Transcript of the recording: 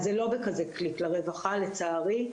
אז זה לא בכזה קליק לרווחה לצערי.